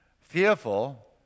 fearful